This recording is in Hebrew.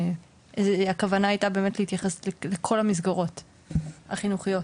הכוונה הייתה באמת להתייחס לכל המסגרות החינוכיות.